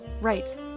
right